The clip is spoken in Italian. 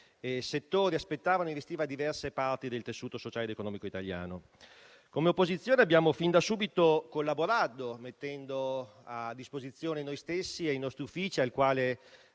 settori attendevano poiché investe diverse parti del tessuto sociale ed economico italiano. Come opposizione abbiamo fin da subito collaborato, mettendo a disposizione noi stessi e i nostri uffici (ai quali